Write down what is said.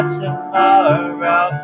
tomorrow